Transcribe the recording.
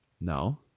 No